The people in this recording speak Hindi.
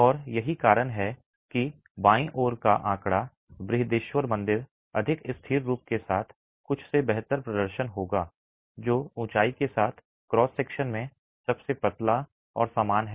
और यही कारण है कि बाईं ओर का आंकड़ा बृहदेश्वर मंदिर अधिक स्थिर रूप के साथ कुछ से बेहतर प्रदर्शन होगा जो ऊंचाई के साथ क्रॉस सेक्शन में सबसे पतला और समान है